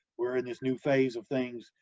we're in this new phase of things.